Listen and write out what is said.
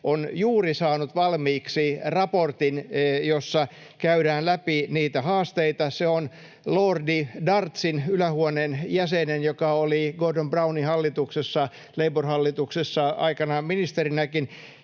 on juuri saanut valmiiksi raportin, jossa käydään läpi haasteita. Se on lordi Darzin, ylähuoneen jäsenen, joka oli Gordon Brownin Labour-hallituksessa aikanaan ministerinäkin